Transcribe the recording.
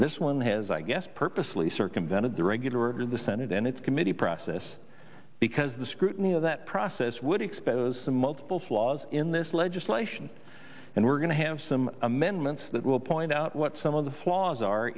process this one has i guess purposely circumvented the regular order the senate and its committee process because the scrutiny of that process would expose the multiple flaws in this legislation and we're going to have some amendments that will point out what some of the flaws are